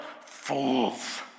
fools